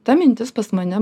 ta mintis pas mane